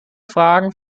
fragen